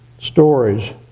stories